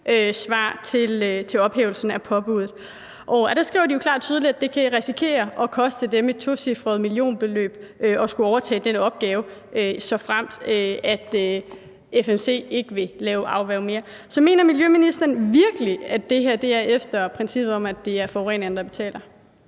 til ophævelsen af påbuddet, og der skriver de jo klart og tydeligt, at det kan risikere at koste dem et tocifret millionbeløb at skulle overtage den opgave, såfremt FMC ikke længere vil stå for at afværge. Så mener ministeren virkelig, at det her er efter princippet om, at det er forureneren, der betaler?